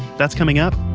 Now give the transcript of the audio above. that's coming up,